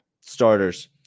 starters